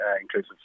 inclusive